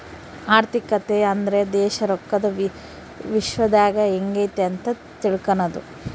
ಆರ್ಥಿಕತೆ ಅಂದ್ರೆ ದೇಶ ರೊಕ್ಕದ ವಿಶ್ಯದಾಗ ಎಂಗೈತೆ ಅಂತ ತಿಳ್ಕನದು